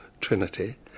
Trinity